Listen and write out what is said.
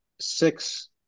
six